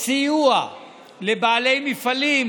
סיוע לבעלי מפעלים